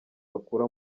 bakura